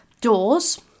doors